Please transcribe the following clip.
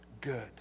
good